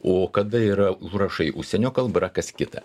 o kada yra užrašai užsienio kalba yra kas kita